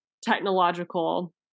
technological